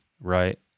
right